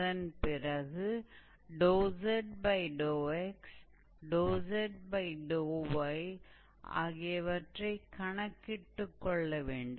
அதன் பிறகு zx zy ஆகியவற்றைக் கணக்கிட்டுக் கொள்ள வேண்டும்